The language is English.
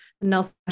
Nelson